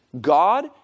God